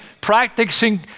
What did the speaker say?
practicing